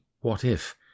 what-if